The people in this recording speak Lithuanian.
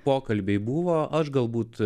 pokalbiai buvo aš galbūt